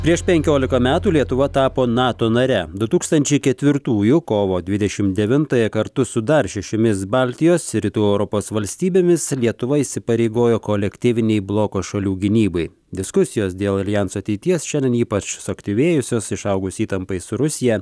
prieš penkiolika metų lietuva tapo nato nare du tūkstančiai ketvirtųjų kovo dvidešim devintąją kartu su dar šešiomis baltijos ir rytų europos valstybėmis lietuva įsipareigojo kolektyvinei bloko šalių gynybai diskusijos dėl aljanso ateities šiandien ypač suaktyvėjusios išaugus įtampai su rusija